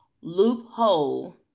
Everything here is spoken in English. loophole